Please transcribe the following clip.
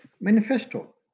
Manifesto